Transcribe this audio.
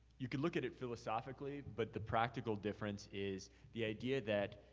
you could look at at philosophically, but the practical difference is the idea that